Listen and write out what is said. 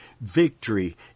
Victory